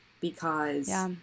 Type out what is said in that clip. because-